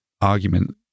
argument